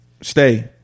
stay